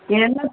என்ன